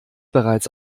bereits